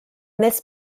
this